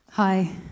hi